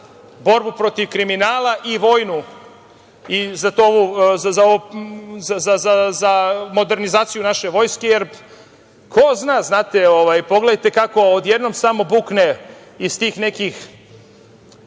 borbu protiv kriminala i vojnu i za modernizaciju naše vojske, jer ko zna. Pogledajte kako odjednom samo bukne iz tih nekih